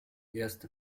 erste